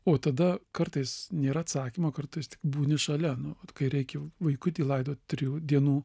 o tada kartais nėra atsakymo kartais būni šalia nu vat kai reikia vaikutį laidot trijų dienų